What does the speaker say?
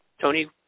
Tony